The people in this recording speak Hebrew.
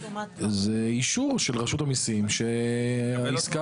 זה אישור של רשות המיסים שהעסקה